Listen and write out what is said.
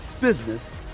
business